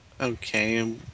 Okay